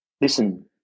listen